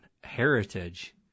heritage